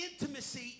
Intimacy